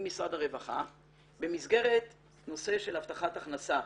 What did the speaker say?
משרד הרווחה במסגרת נושא של הבטחת הכנסה.